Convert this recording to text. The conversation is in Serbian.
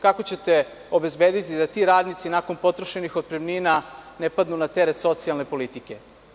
Kako ćete obezbediti da ti radnici nakon potrošenih otpremnina ne padnu na socijalne politike?